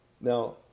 Now